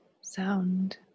sound